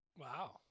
Wow